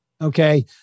Okay